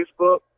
Facebook